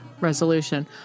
resolution